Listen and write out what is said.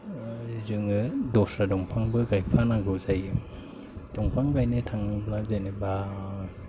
जोङो दस्रा दंफांबो गायफानांगौ जायो दंफां गायनो थाङोब्ला जेनेबा